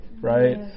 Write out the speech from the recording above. Right